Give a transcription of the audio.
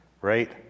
right